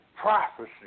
prophecy